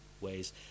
ways